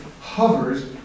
hovers